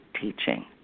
teaching